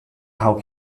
how